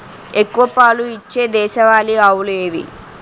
ఎక్కువ పాలు ఇచ్చే దేశవాళీ ఆవులు ఏవి?